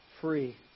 free